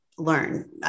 learn